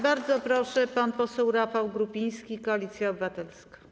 Bardzo proszę, pan poseł Rafał Grupiński, Koalicja Obywatelska.